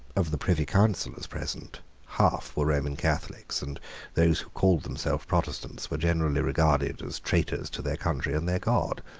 of the privy councillors present half were roman catholics and those who called themselves protestants were generally regarded as traitors to their country and their god.